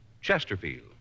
Chesterfield